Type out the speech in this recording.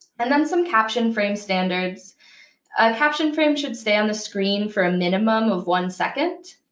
and then some caption frame standards a caption frame should stay on the screen for a minimum of one second.